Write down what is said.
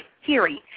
hearing